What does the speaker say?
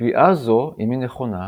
קביעה זו, אם היא נכונה,